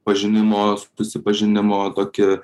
pažinimo susipažinimo tokį